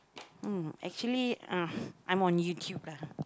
mm actually uh I'm on YouTube lah